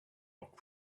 rock